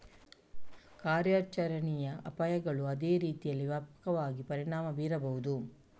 ಕಾರ್ಯಾಚರಣೆಯ ಅಪಾಯಗಳು ಅದೇ ರೀತಿಯಲ್ಲಿ ವ್ಯಾಪಕವಾಗಿ ಪರಿಣಾಮ ಬೀರಬಹುದು